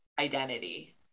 identity